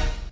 Tomar